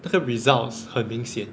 那个 results 很明显